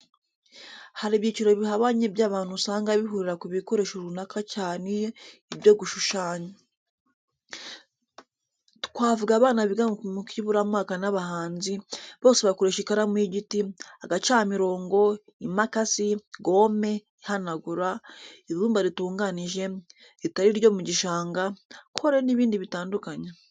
Hari ibyiciro bihabanye by'abantu usanga bihurira ku bikoresho runaka cyane ibyo gushushanya, twavuga abana biga mu kiburamwaka n'abahanzi, bose bakoresha ikaramu y'igiti, agacamirongo, imakasi, gome ihanagura, ibumba ritunganije, ritari iryo mu gishanga, kore n'ibindi bitandukanye.